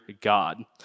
God